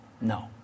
No